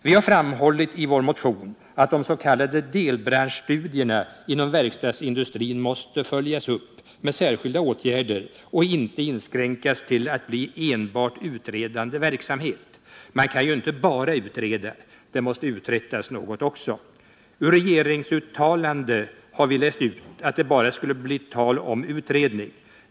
Vi har framhållit i vår motion att de s.k. delbranschstudierna inom verkstadsindustrin måste följas upp med särskilda åtgärder och inte får inskränkas till att vara en enbart utredande verksamhet. Man kan ju inte bara utreda. Det måste uträttas något också. Ur ett regeringsuttalande har vi läst ut att det bara skulle bli tal om utredning.